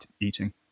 eating